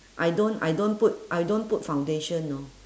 I don't I don't put I don't put foundation you know